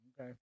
Okay